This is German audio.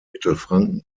mittelfranken